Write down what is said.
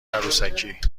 عروسکی